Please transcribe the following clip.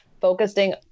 focusing